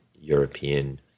European